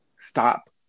Stop